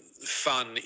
fun